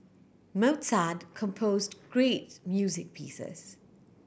Mozart composed great music pieces